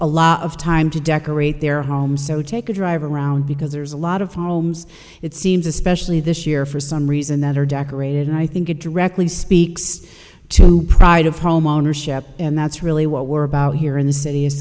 a lot of time to decorate their home so take a drive around because there's a lot of homes it seems especially this year for some reason that are decorated and i think it directly speaks to pride of homeownership and that's really what we're about here in the city is